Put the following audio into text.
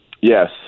Yes